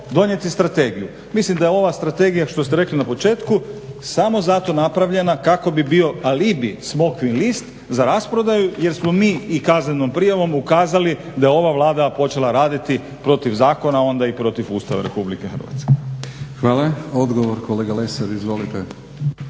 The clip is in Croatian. donijeti strategiju. Mislim da je ova strategija što ste rekli na početku samo zato napravljena kako bi bio alibi smokvin list za rasprodaju jer smo mi i kaznenom prijavom ukazali da je ova Vlada počela raditi protiv zakona, a onda i protiv Ustava Republike Hrvatske. **Batinić, Milorad (HNS)** Hvala.